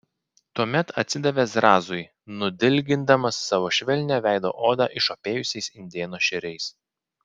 tuomet atsidavė zrazui nudilgindamas savo švelnią veido odą išopėjusiais indėno šeriais